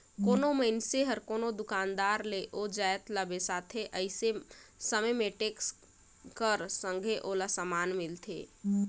कोनो मइनसे हर कोनो दुकानदार ले ओ जाएत ल बेसाथे अइसे समे में टेक्स कर संघे ओला समान मिलथे